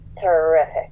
Terrific